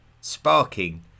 sparking